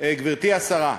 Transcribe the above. גברתי השרה,